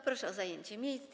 Proszę o zajęcie miejsc.